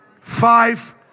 Five